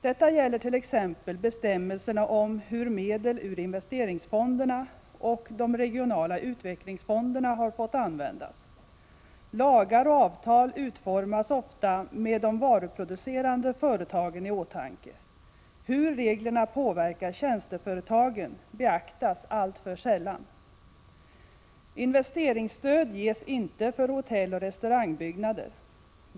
Detta gäller t.ex. bestämmelserna om hur medel ur investeringsfonderna och de regionala utvecklingsfonderna har fått användas. Lagar och avtal utformas ofta med de varuproducerande företagen i åtanke. Hur reglerna påverkar tjänsteföretagen beaktas alltför sällan. Investeringsstöd ges inte för hotelloch restaurangbyggnader.